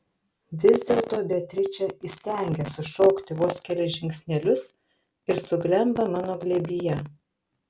vis dėlto beatričė įstengia sušokti vos kelis žingsnelius ir suglemba mano glėbyje